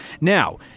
Now